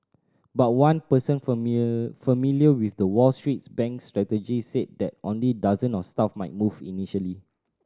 but one person familiar with the Wall Streets bank's strategy said that only dozen of staff might move initially